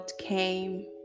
came